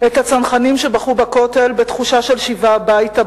את הצנחנים שבכו בכותל בתחושה של שיבה הביתה,